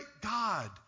God